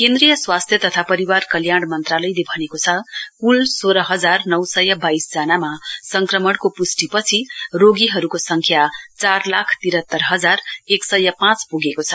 केन्द्रीय स्वास्थ्य तथा कपरिवार कल्याण मन्त्रालयले भनेको छ कल सोह्र हजार नौ सय बाइस जनामा संक्रमणको प्ष्टिपछि रोगीहरूको संख्या चार लाख तिरातर हजार एक सय पाँच प्गेको छ